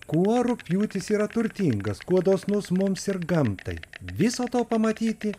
kuo rugpjūtis yra turtingas kuo dosnus mums ir gamtai viso to pamatyti